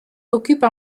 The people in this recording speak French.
occupe